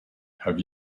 have